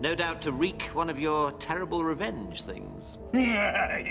no doubt to wreak one of your terrible revenge things yeah